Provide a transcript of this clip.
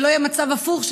שלא יהיה מצב הפוך,